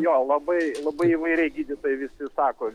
jo labai labai įvairiai gydytojai visi sako